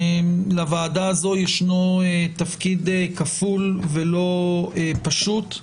לוועדה הזו ישנו תפקיד כפול ולא פשוט.